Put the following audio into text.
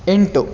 ಎಂಟು